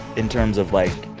in terms of, like,